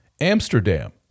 Amsterdam